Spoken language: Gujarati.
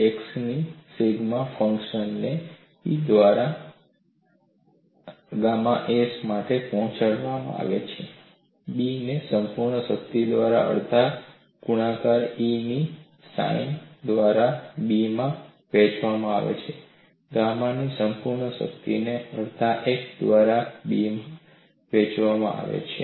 X ની સિગ્મા ફંક્શનને E તરીકે ગામા s માં વહેંચવામાં આવે છે b ને સંપૂર્ણ શક્તિ દ્વારા અડધા ગુણાકાર E ની સાઇન દ્વારા b માં વહેંચવામાં આવે છે ગામાની સંપૂર્ણ શક્તિને અડધા x દ્વારા b માં વહેંચવામાં આવે છે